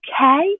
okay